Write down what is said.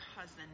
cousin